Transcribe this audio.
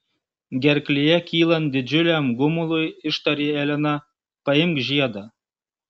gerklėje kylant didžiuliam gumului ištarė elena paimk žiedą